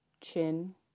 Chin